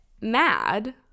mad